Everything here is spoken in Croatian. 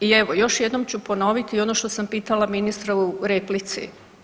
I evo još jednom ću ponoviti ono što sam pitala ministra u replici.